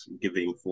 giving